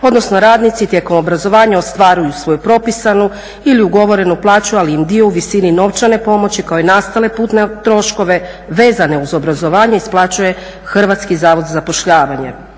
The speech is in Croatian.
odnosno radnici tijekom obrazovanja ostvaruju svoju propisanu ili ugovorenu plaću ali im dio u visini novčane pomoći kao i nastale putne troškove vezane uz obrazovanje isplaćuje Hrvatski zavod za zapošljavanje.